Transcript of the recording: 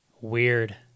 Weird